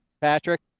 Patrick